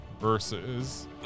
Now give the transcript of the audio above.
versus